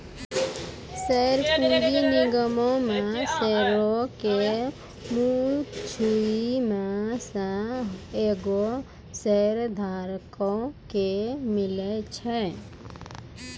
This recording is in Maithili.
शेयर पूंजी निगमो मे शेयरो के मुद्दइ मे से एगो शेयरधारको के मिले छै